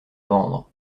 vendre